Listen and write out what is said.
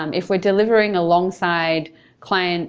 um if we're delivering alongside client